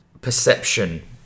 perception